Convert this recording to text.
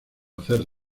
hacer